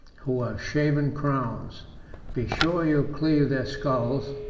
who have shaven crowns be sure you cleave their skulls,